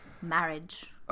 marriage